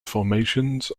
formations